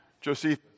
Joseph